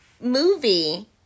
movie